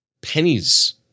pennies